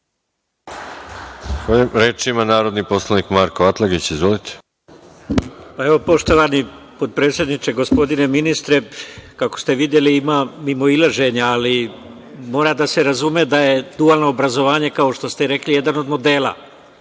Poštovani potpredsedniče, gospodine ministre, kako ste videli ima mimoilaženja, ali mora da se razume da je dualno obrazovanje, kao što ste rekli, jedan od modela.